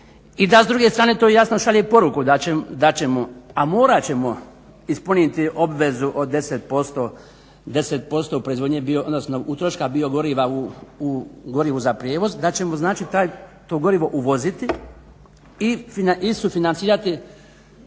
i da s druge strane to jasno šalje poruku da ćemo, a morat ćemo ispuniti obvezu od 10% proizvodnje, odnosno utroška biogoriva u gorivu za prijevoz, da ćemo znači to gorivo uvoziti i sufinancirati